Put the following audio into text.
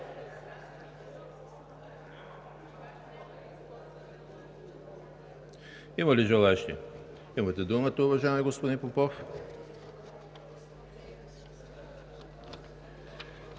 Има ли желаещи? Имате думата, уважаеми господин Попов.